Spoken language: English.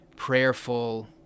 prayerful